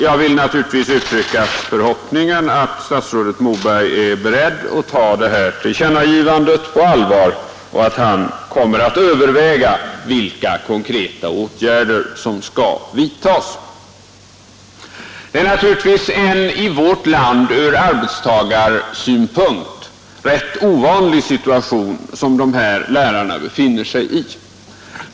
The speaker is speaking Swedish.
Jag vill naturligtvis uttrycka den förhoppningen att statsrådet Moberg är beredd att ta det här tillkännagivandet på allvar och att han kommer att överväga vilka konkreta åtgärder som skall vidtas. Det är naturligtvis en i vårt land ur arbetstagarsynpunkt rätt ovanlig situation som de här lärarna befinner sig i.